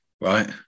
right